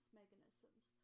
mechanisms